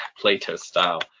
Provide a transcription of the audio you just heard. Plato-style